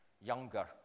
younger